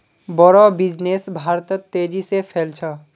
बोड़ो बिजनेस भारतत तेजी से फैल छ